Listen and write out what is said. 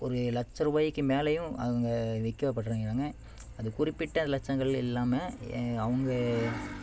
ஒரு லட்ச ரூபாய்க்கி மேலேயும் அவுங்க விற்கப்படுறேங்கிறாங்க அது குறிப்பிட்ட லட்சங்கள் இல்லாமல் அவங்க